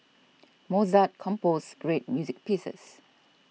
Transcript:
Mozart composed great music pieces